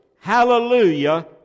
hallelujah